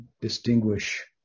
distinguish